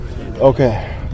Okay